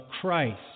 Christ